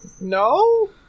No